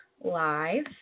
Live